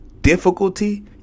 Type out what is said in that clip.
difficulty